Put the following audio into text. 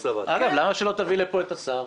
אגב, למה שלא תביא לפה את השר?